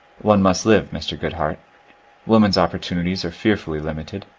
one must live, mr. goodhart women's opportunities are fearfully limited.